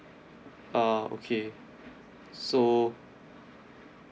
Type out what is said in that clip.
ah okay so